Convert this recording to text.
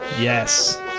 Yes